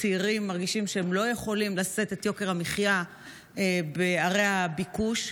צעירים מרגישים שהם לא יכולים לשאת את יוקר המחיה בערי הביקוש.